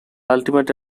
ultimate